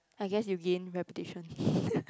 I guess you gain reputation